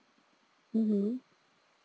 mmhmm